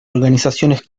organizaciones